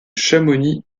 chamonix